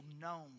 known